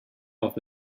off